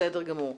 בסדר גמור.